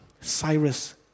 Cyrus